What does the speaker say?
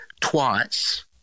twice